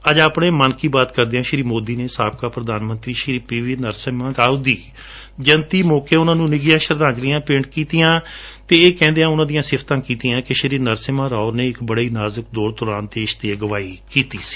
ਅੱਜ ਆਂਪਣੇ ਮਨ ਕੀ ਬਾਤ ਕਰਦਿਆਂ ਸ੍ਰੀ ਸੋਦੀ ਨੇ ਸਾਬਕਾ ਪ੍ਰਧਾਨ ਮੰਤਰੀ ਸ਼੍ਰੀ ਪੀ ਵੀ ਨਰਸਿਮੁਾ ਰਾਓ ਦੀ ਜੈਂਤੀ ਮੌਕੇ ਉਨੁਂ ਨੂੰ ਨਿੱਘੀਆਂ ਸ਼ਰਧਾਂਜਲੀਆਂ ਭੇਂਟ ਕੀਤੀਆਂ ਅਤੇ ਇਹ ਕਹਿੰਦਿਆਂ ਉਨ੍ਪਾਂ ਦੀਆਂ ਸਿਫਤਾਂ ਕੀਤੀਆਂ ਕਿ ਸ਼੍ਰੀ ਨਰਸਿਮ੍ਟਾ ਰਾਓ ਨ੍ਟੂੰ ਇਕ ਬੜੇ ਹੀ ਨਾਜੁਕ ਦੌਰ ਦੌਰਾਨ ਦੇਸ਼ ਦੀ ਅਗਵਾਈ ਕੀਤੀ ਸੀ